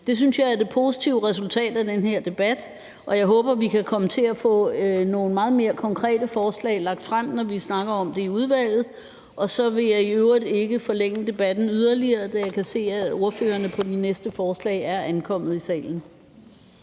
Det synes jeg er det positive resultat af den her debat, og jeg håber, at vi kan komme til at få nogle meget mere konkrete forslag lagt frem, når vi snakker om det i udvalget. Og så vil jeg i øvrigt ikke forlænge debatten yderligere, da jeg kan se, at ordførerne på det næste forslag er ankommet i salen.